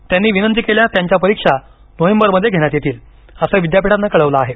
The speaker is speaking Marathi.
त्यांनी विनंती केल्यास त्यांच्या परीक्षा नोव्हेंबरमध्ये घेण्यात येतील असं विद्यापीठानं कळवलं आहे